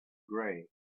gray